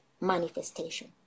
manifestation